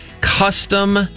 Custom